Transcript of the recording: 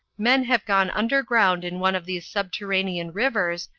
men have gone under ground in one of these subterranean rivers,